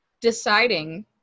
deciding